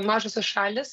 mažosios šalys